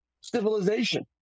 civilization